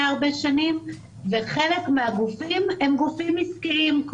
הרבה שנים וחלק מהגופנים הם גופים עסקיים,